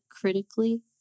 critically